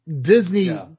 Disney